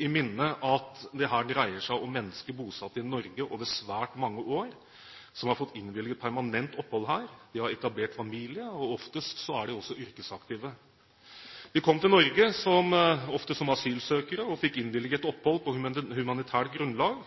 i minne at det her dreier seg om mennesker bosatt i Norge over svært mange år, som har fått innvilget permanent opphold her, de har etablert familie, og oftest er de også yrkesaktive. De kom til Norge – ofte som asylsøkere – og fikk innvilget opphold på humanitært grunnlag